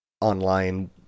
online